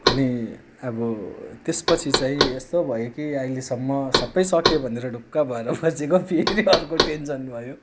अनि अब त्यसपछि चाहिँ यस्तो भयो कि अहिलेसम्म सबै सक्यो भनेर ढुक्क भएर बसेको फेरि अर्को टेन्सन भयो